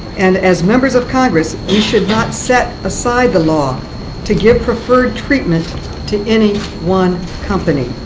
and as members of congress, we should not set aside the law to give preferred treatment to any one company.